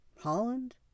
Holland